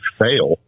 fail